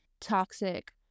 toxic